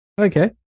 Okay